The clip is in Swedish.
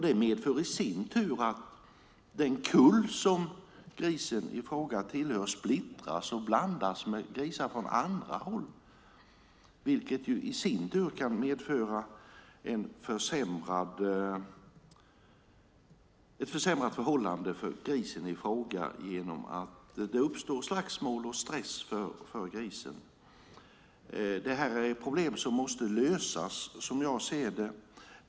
Det medför att den kull som grisen i fråga tillhör splittras och blandas med grisar från andra håll, vilket i sin tur kan medföra ett försämrat förhållande för grisen i fråga genom att det uppstår slagsmål och grisen utsätts för stress. Det här är problem som måste lösas, som jag ser det.